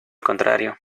contrario